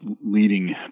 leading